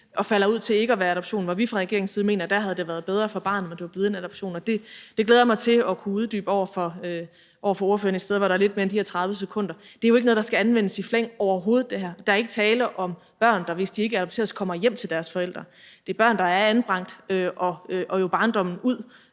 og falder ud til ikke at blive en adoption, og hvor vi fra regeringens side mener, at det havde været bedre for barnet, at det var blevet en adoption. Det glæder jeg mig til at kunne uddybe over for ordføreren et sted, hvor der er lidt mere tid end de her 30 sekunder. Det her er jo overhovedet ikke noget, der skal anvendes i flæng. Der er ikke tale om børn, der, hvis de ikke adopteres, kommer hjem til deres forældre. Der er i de her sager tale om børn, der er